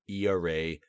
ERA